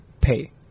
pay